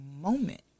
moment